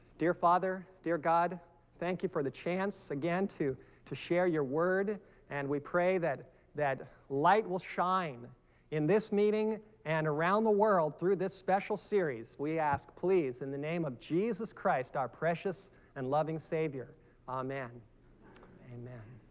dear father dear god thank you for the chance again to to share your word and we pray that that light will shine in this meeting and around the world through this special series we ask please in the name of jesus christ our precious and loving savior amen amen